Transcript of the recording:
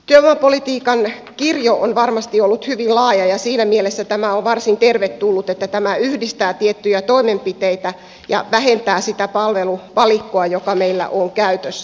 työvoimapolitiikan kirjo on varmasti ollut hyvin laaja ja siinä mielessä tämä on varsin tervetullut että tämä yhdistää tiettyjä toimenpiteitä ja vähentää sitä palveluvalikkoa joka meillä on käytössä